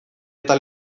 eta